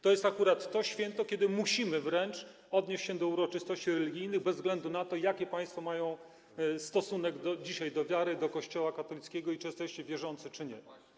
To jest akurat to święto, kiedy musimy wręcz odnieść się do uroczystości religijnych, bez względu na to, jaki państwo mają stosunek do wiary, do Kościoła katolickiego i czy jesteście wierzący, czy nie.